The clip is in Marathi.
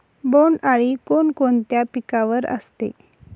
बोंडअळी कोणकोणत्या पिकावर असते?